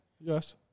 Yes